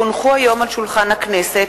כי הונחו היום על שולחן הכנסת,